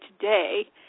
today